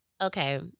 Okay